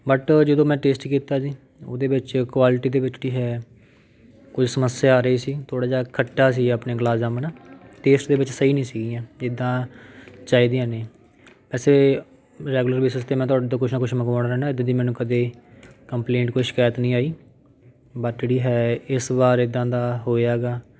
but ਜਦੋਂ ਮੈਂ taste ਕੀਤਾ ਜੀ ਉਹਦੇ ਵਿੱਚ ਕੁਆਲਿਟੀ ਦੇ ਵਿੱਚ ਕੀ ਹੈ ਕੋਈ ਸਮੱਸਿਆ ਆ ਰਹੀ ਸੀ ਥੋੜ੍ਹਾ ਜਿਹਾ ਖੱਟਾ ਸੀ ਆਪਣੇ ਗੁਲਾਬ ਜਾਮੁਨ ਟੇਸਟ ਦੇ ਵਿੱਚ ਸਹੀ ਨਹੀਂ ਸੀਗੀਆਂ ਜਿੱਦਾਂ ਚਾਹੀਦੀਆਂ ਨੇ ਵੈਸੇ ਰੈਗੂਲਰ ਬੇਸਿਸ 'ਤੇ ਮੈਂ ਤੁਹਾਡੇ ਤੋਂ ਕੁਛ ਨਾ ਕੁਛ ਮੰਗਵਾਉਂਦਾ ਰਹਿੰਦਾ ਇੱਦਾਂ ਦੀ ਮੈਨੂੰ ਕਦੇ ਕੰਪਲੇਂਟ ਕੋਈ ਸ਼ਿਕਾਇਤ ਨਹੀਂ ਆਈ ਬਟ ਜਿਹੜੀ ਹੈ ਇਸ ਵਾਰ ਇੱਦਾਂ ਦਾ ਹੋਇਆ ਹੈਗਾ